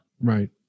Right